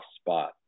spot